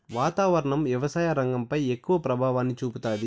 వాతావరణం వ్యవసాయ రంగంపై ఎక్కువ ప్రభావాన్ని చూపుతాది